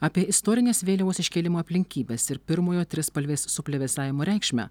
apie istorines vėliavos iškėlimo aplinkybes ir pirmojo trispalvės suplevėsavimo reikšmę